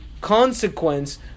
consequence